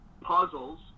puzzles